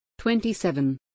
27